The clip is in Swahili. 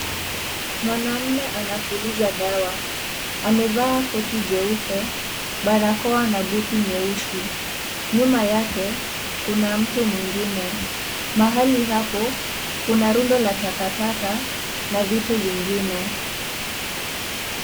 Mwanamme anapuliza dawa, amevaa koti jeupe, barakoa na buti nyeusi, nyuma yake kuna mtu mwingine, mahali hapo kuna rundo la takataka na vitu vingine.